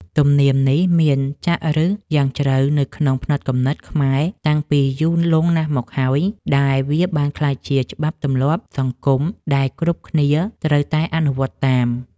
ទំនៀមនេះមានចាក់ឫសយ៉ាងជ្រៅនៅក្នុងផ្នត់គំនិតខ្មែរតាំងពីយូរលង់ណាស់មកហើយដែលវាបានក្លាយជាច្បាប់ទម្លាប់សង្គមដែលគ្រប់គ្នាត្រូវតែអនុវត្តតាម។